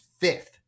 fifth